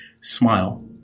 smile